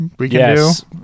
Yes